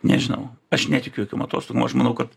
nežinau aš netikiu jokiom atostogom aš manau kad